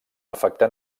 afectà